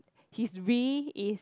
his re~ is